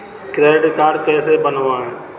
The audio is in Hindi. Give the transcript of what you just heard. क्रेडिट कार्ड कैसे बनवाएँ?